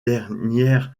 dernières